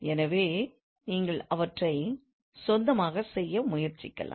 எனவே நீங்கள் அவற்றை சொந்தமாக செய்ய முயற்சி செய்யலாம்